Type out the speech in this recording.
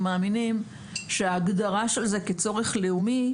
ומאמינים שההגדרה של זה כצורך לאומי